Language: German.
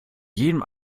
jedem